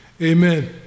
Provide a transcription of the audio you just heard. Amen